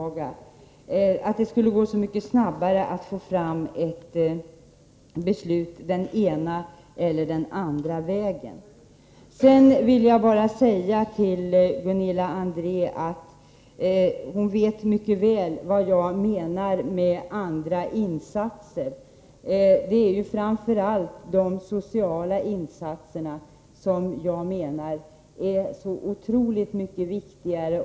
Jag tror inte att det skulle gå så mycket snabbare att få fram ett beslut den ena eller den andra vägen. Sedan vill jag bara säga till Gunilla André, att hon mycket väl vet vad jag menar med andra insatser. Det är ju framför allt de sociala insatserna som jag menar är otroligt mycket viktigare.